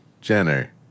Jenner